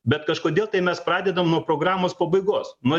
bet kažkodėl tai mes pradedam nuo programos pabaigos nuo